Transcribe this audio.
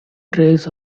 trace